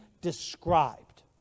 described